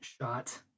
shot